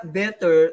better